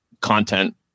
content